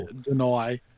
deny